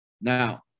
Now